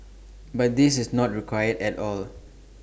but this is not required at all